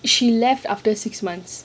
she left after six months